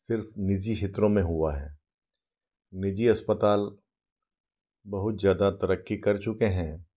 सिर्फ निजी क्षेत्रों में हुआ है निजी अस्पताल बहुत ज़्यादा तरक्की कर चुके हैं